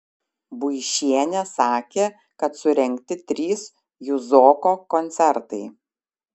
buišienė sakė kad surengti trys juzoko koncertai